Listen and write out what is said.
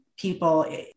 people